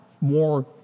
more